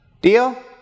Deal